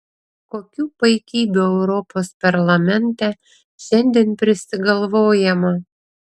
kokių paikybių europos parlamente šiandien prisigalvojama